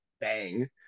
bang